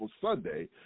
Sunday